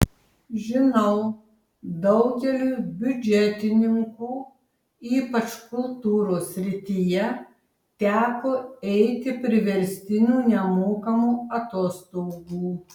žinau daugeliui biudžetininkų ypač kultūros srityje teko eiti priverstinių nemokamų atostogų